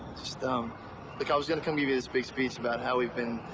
um like i was going to come give you this big speech about how we've been.